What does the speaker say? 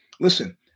listen